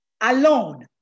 alone